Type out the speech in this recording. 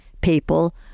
people